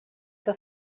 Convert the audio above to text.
què